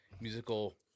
musical-